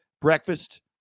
breakfast